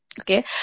Okay